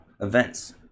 events